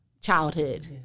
childhood